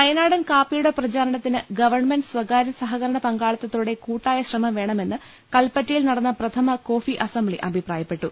വയനാടൻ കാപ്പിയുടെ പ്രചരണത്തിന് ഗവൺമെന്റ് സ്വകാര്യ സഹകരണ പൃങ്കാളിത്തതോടെ കൂട്ടായ ശ്രമം വേ ണമെന്ന് കൽപ്പറ്റയിൽ നടന്ന പ്രഥമ കോഫി അസംബ്ലി അഭി പ്രായപ്പെട്ടു